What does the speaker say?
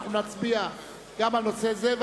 אנחנו נצביע גם על נושא זה,